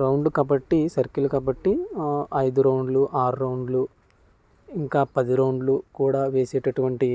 round కాబట్టి circle కాబట్టి ఐదు రౌండ్లు ఆరు రౌండ్లు ఇంకా పది రౌండ్లు కూడా వేసేటటువంటి